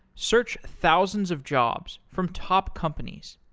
search thousands of jobs from top companies.